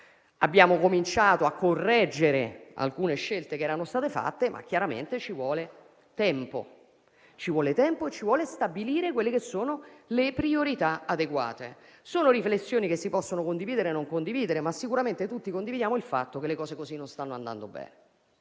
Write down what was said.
Abbiamo cominciato a correggere alcune scelte che erano state fatte, ma chiaramente ci vuole tempo e occorre stabilire le priorità adeguate. Sono riflessioni che si possono condividere o no, ma sicuramente tutti condividiamo il fatto che le cose così non stanno andando bene: